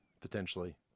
potentially